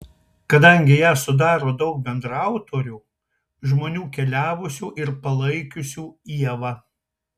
kadangi ją sudaro daug bendraautorių žmonių keliavusių ir palaikiusių ievą